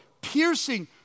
piercing